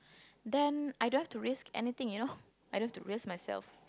then I don't have to risk anything you know I don't have to risk myself